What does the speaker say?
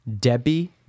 Debbie